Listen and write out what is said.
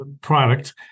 product